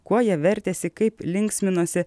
kuo jie vertėsi kaip linksminosi